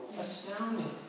astounding